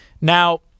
Now